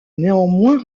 néanmoins